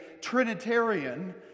Trinitarian